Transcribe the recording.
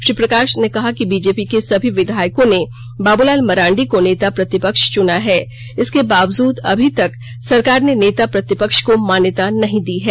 श्री प्रकाश ने कहा कि बीजेपी के सभी विधायकों ने बाबूलाल मरांडी को नेता प्रतिपक्ष चुना है इसके बावजूद अभी तक सरकार ने नेता प्रतिपक्ष को मान्यता नहीं दी है